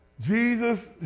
Jesus